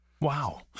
Wow